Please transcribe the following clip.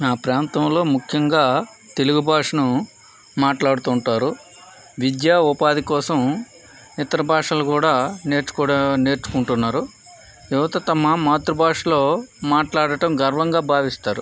నా ప్రాంతంలో ముఖ్యంగా తెలుగు భాషను మాట్లాడుతుంటారు విద్య ఉపాధి కోసం ఇతర భాషలు కూడా నేర్చుకు నేర్చుకుంటున్నారు యువత తమ మాతృభాషలో మాట్లాడటం గర్వంగా భావిస్తారు